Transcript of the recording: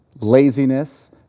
laziness